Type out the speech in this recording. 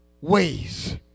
Ways